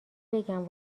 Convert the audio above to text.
بگم